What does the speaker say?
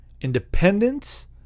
independence